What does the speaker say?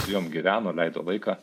su jom gyveno leido laiką